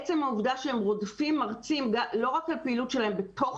עצם העובדה שהם רודפים מרצים לא רק על הפעילות שלהם בתוך